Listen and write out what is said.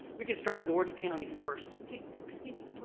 we can start with orange county first. okay, excuse me,